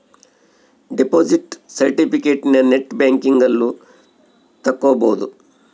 deposit ಸೆರ್ಟಿಫಿಕೇಟನ net banking ಅಲ್ಲು ತಕ್ಕೊಬೊದು